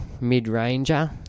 mid-ranger